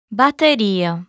bateria